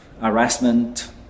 harassment